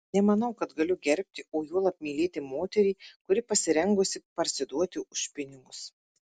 nemanau kad galiu gerbti o juolab mylėti moterį kuri pasirengusi parsiduoti už pinigus